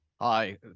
Hi